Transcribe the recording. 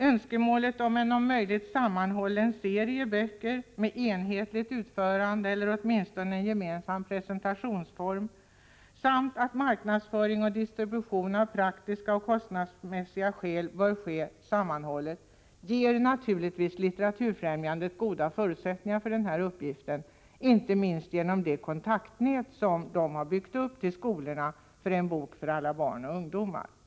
Önskemålet att det om möjligt skall bli en sammanhållen serie böcker med enhetligt utförande eller åtminstone en gemensam presentationsform, samt att marknadsföring och distribution av praktiska och kostnadsmässiga skäl bör ske förenade, ger naturligtvis Litteraturfrämjandet goda förutsättningar för denna uppgift, inte minst genom det kontaktnät som byggts upp till skolorna för En bok för alla barn och ungdomar.